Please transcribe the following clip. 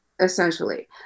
essentially